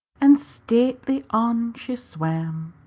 and stately on she swam,